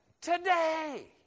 today